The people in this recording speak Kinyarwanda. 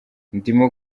ndimo